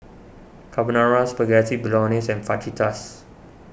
Carbonara Spaghetti Bolognese and Fajitas